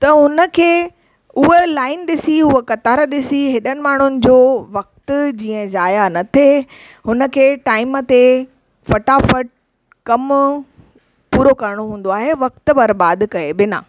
त हुन खे उहा लाइन ॾिसी उहा कतार ॾिसी हेॾनि माण्हुनि जो वक़्तु जीअं ज़ाया न थिए हुन खे टाइम ते फटाफट कमु पूरो करिणो हूंदो आहे वक़्तु बर्बाद करे बिना